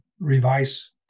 revise